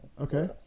Okay